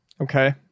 Okay